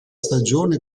stagione